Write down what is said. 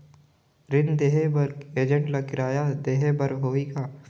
ऋण देहे बर एजेंट ला किराया देही बर होही का?